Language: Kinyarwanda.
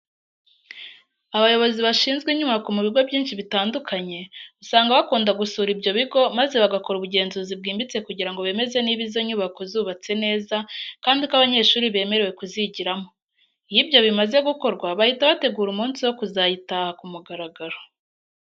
Abayobozi bashinzwe inyubako mu bigo byinshi bitandukanye, usanga bakunda gusura ibyo bigo maze bagakora ubugenzuzi bwimbitse kugira ngo bemeze niba izo nyubako zubatse neza, kandi ko abanyeshuri bemerewe kuzigiramo. Iyo ibyo bimaze gukorwa, bahita bategura umunsi wo kuzayitaha ku mugaragaro.